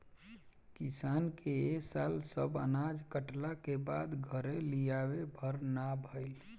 किसान के ए साल सब अनाज कटला के बाद घरे लियावे भर ना भईल